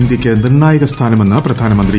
ഇന്ത്യയ്ക്ക് നിർണ്ണായക സ്ഥാനമെന്ന് പ്രധാനമന്ത്രി